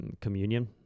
communion